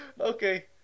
Okay